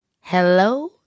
Hello